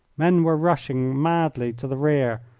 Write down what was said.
men were rushing madly to the rear,